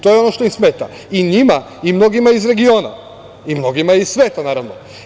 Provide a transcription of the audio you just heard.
To je ono što im smeta, i njima i mnogima iz regiona i mnogima iz sveta, naravno.